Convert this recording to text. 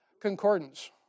concordance